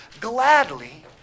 gladly